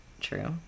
true